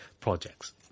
projects